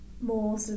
more